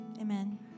Amen